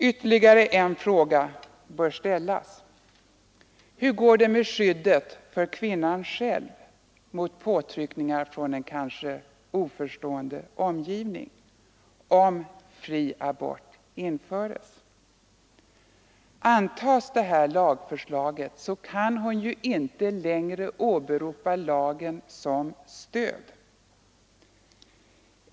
Ytterligare en fråga bör ställas: Hur går det med skyddet för kvinnan själv mot påtryckningar från en kanske oförstående omgivning om fri abort införs? Antas det här lagförslaget kan hon inte längre åberopa lagen som stöd.